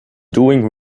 doing